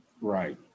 Right